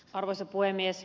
arvoisa puhemies